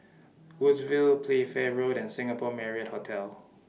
Woodsville Playfair Road and Singapore Marriott Hotel